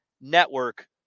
network